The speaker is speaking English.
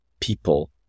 people